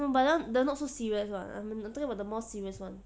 no but that [one] like not so serious [one] I'm talking about the more serious [one]